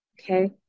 okay